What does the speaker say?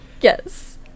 yes